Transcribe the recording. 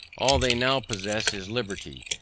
all they now possess is liberty,